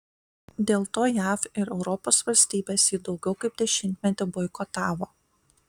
dėl to jav ir europos valstybės jį daugiau kaip dešimtmetį boikotavo